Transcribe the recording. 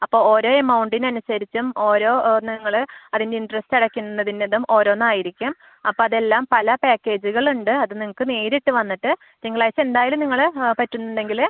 അപ്പോൾ ഓരോ എമൗണ്ടിനനുസരിച്ചും ഓരോ നിങ്ങൾ അതിൻ്റെ ഇൻ്ററസ്റ്റ് അടയ്ക്കുന്നതിൻ്റെതും ഓരോന്നായിരിക്കും അപ്പോൾ അതെല്ലാം പല പാക്കേജുകളുണ്ട് അത് നിങ്ങൾക്ക് നേരിട്ട് വന്നിട്ട് തിങ്കളാഴ്ച എന്തായാലും നിങ്ങൾ പറ്റുന്നുണ്ടെങ്കിൽ